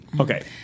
Okay